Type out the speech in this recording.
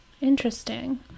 Interesting